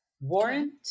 warrant